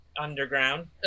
Underground